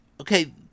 Okay